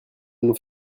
nous